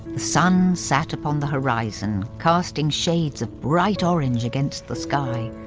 the sun sat upon the horizon, casting shades of bright orange against the sky.